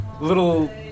little